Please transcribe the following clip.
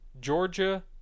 Georgia